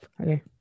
Okay